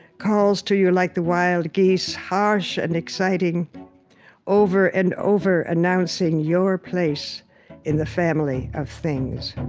calls to you like the wild geese, harsh and exciting over and over announcing your place in the family of things.